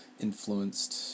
influenced